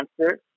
answer